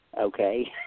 okay